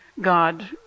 God